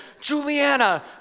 Juliana